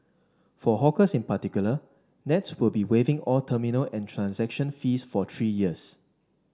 for hawkers in particular Nets will be waiving all terminal and transaction fees for three years